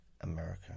America